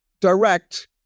direct